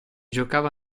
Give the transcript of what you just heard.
giocava